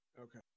Okay